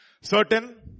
Certain